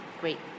great